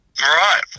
Right